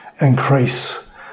increase